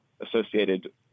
associated